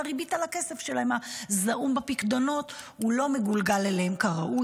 אבל הריבית על הכסף הזעום שלהם בפיקדונות לא מגולגל אליהם כראוי.